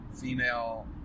female